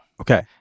Okay